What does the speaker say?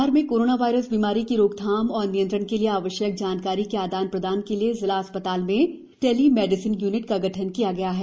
धार में corona virus बीमारी की रोकथाम एवं नियंत्रण के लिए आवश्यक जानकारी के आदान प्रदान के लिए जिला चिकित्सालय में टेलिमेडिसीन यूनिट का गठन किया गया है